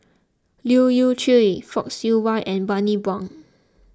Leu Yew Chye Fock Siew Wah and Bani Buang